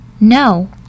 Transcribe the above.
No